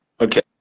Okay